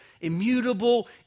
immutable